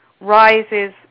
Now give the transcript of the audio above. rises